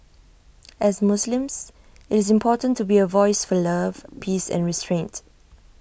as Muslims IT is important to be A voice for love peace and restraint